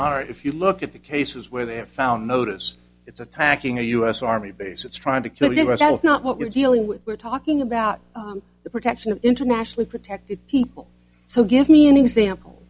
are if you look at the cases where they have found notice it's attacking a u s army base it's trying to tell us that it's not what we're dealing with we're talking about the protection of international protected people so give me an example